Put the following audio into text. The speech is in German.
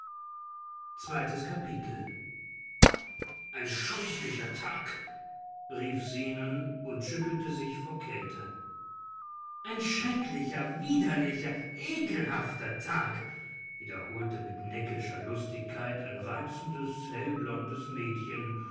zweites kapitel ein scheußlicher tag rief zenon und schüttelte sich vor kälte ein schrecklicher widerlicher ekelhafter tag wiederholte mit neckischer lustigkeit ein reizendes hellblondes mädchen